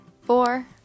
four